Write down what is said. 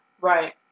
Right